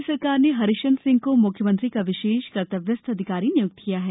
राज्य शासन ने हरीशचन्द्र सिंह को मुख्यमंत्री का विशेष कर्तव्यस्थ अधिकारी निय्क्त किया है